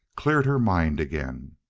cleared her mind again.